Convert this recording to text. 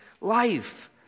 life